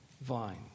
vine